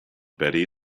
betty